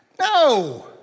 No